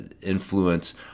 influence